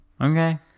Okay